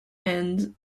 and